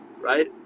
right